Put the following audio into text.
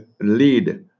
lead